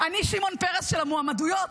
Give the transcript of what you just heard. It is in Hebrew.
אני שמעון פרס של המועמדויות.